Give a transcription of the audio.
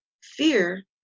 fear